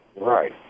Right